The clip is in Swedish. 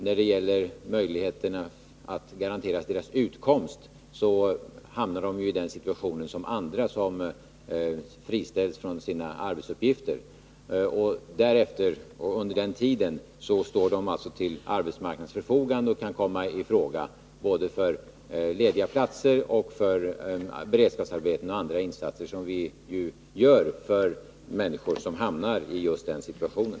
När det gäller möjligheterna att garantera de anställdas utkomst vill jag säga att de hamnar i samma situation som andra som friställs från sina arbetsuppgifter. De står alltså till arbetsmarknadens förfogande och kan komma i fråga både för lediga platser och för beredskapsarbeten och andra insatser som vi gör för människor som hamnar i just den situationen.